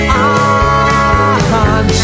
on